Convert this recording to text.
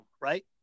right